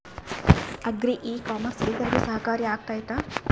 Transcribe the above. Agri e commerce ರೈತರಿಗೆ ಸಹಕಾರಿ ಆಗ್ತೈತಾ?